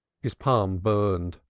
his palm burned,